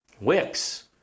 Wix